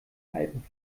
alpen